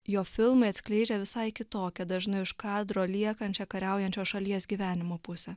jo filmai atskleidžia visai kitokią dažnai už kadro liekančią kariaujančios šalies gyvenimo pusę